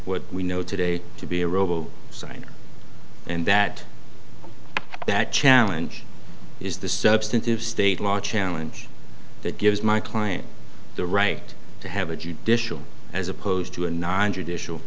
what we know today to be a robo signing and that that challenge is the substantive state law challenge that gives my client the right to have a judicial as opposed to a nontraditional